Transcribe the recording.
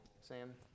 Sam